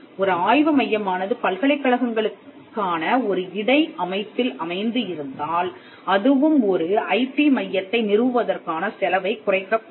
ஒரு ஆய்வு மையமானது பல்கலைக்கழகங்களுக்கான ஒரு இடை அமைப்பில் அமைந்து இருந்தால் அதுவும் ஒரு ஐபி மையத்தை நிறுவுவதற்கான செலவைக் குறைக்கக்கூடும்